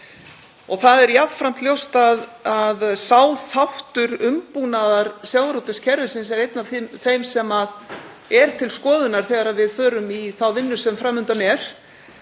Það er jafnframt ljóst að sá þáttur umbúnaðar sjávarútvegskerfisins er einn af þeim sem er til skoðunar þegar við förum í þá vinnu sem fram undan er.